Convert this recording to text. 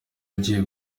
agiye